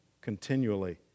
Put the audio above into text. continually